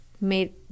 made